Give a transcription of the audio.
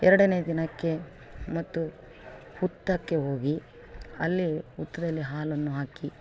ಎರಡನೆ ದಿನಕ್ಕೆ ಮತ್ತು ಹುತ್ತಕ್ಕೆ ಹೋಗಿ ಅಲ್ಲಿ ಹುತ್ತದಲ್ಲಿ ಹಾಲನ್ನು ಹಾಕಿ